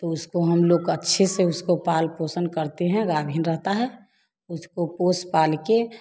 तो उसको हम लोग अच्छे से उसको पालन पोषण करते हैं गाभिन रहता है उसको पोस पाल कर